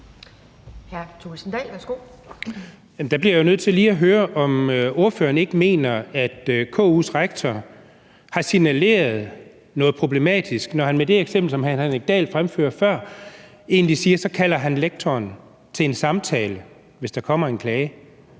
der bliver jeg nødt til lige at høre, om ordføreren ikke mener, at KU's rektor har signaleret noget problematisk, når han med det eksempel, som hr. Henrik Dahl fremførte før, egentlig siger, at så kalder han lektoren til en samtale, hvis der kommer en klage.